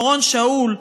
אורון שאול,